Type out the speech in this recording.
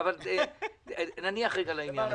אבל נניח רגע לעניין הזה.